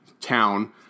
town